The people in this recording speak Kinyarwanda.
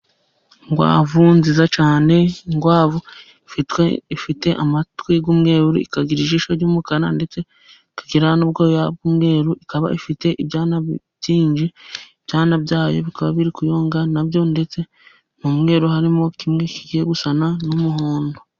Inkwavu nziza cyane, inkwavu ifite amatwi y'umweru, ikagira ijisho ry'umukara ndetse ikagira nubwoya bw' umweru ikaba ifite ibyana byinshi, ibyana byayo bikaba biri kuyonka nabyo ndetse n' umweru harimo kimwe kigiye gusana n'umuhondo.